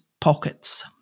pockets